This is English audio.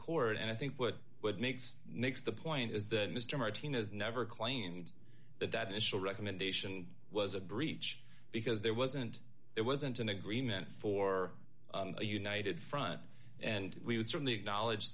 court and i think what would make next the point is that mr martinez never claimed that that initial recommendation was a breach because there wasn't there wasn't an agreement for a united front and we would certainly acknowledge